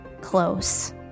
close